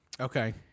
Okay